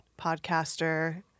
podcaster